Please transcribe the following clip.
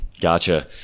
gotcha